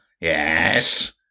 Yes